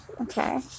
Okay